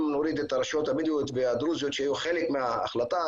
אם נוריד את הרשויות הדרוזיות והבדואיות שהיו חלק מההחלטה,